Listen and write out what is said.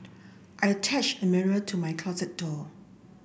i attached the mirror to my closet door